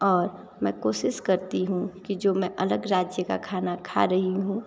और मैं कोशिश करती हूँ कि जो मैं अलग राज्य का खाना खा रही हूँ